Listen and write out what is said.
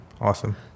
Awesome